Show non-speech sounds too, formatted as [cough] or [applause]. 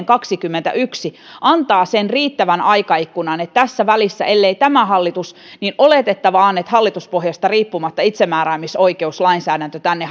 [unintelligible] kaksikymmentäyksi antaa sen riittävän aikaikkunan että ellei tässä välissä tämä hallitus tuo niin oletettavaa on että hallituspohjasta riippumatta itsemäärämisoikeuslainsäädäntö tänne [unintelligible]